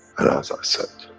and as i said,